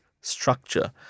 structure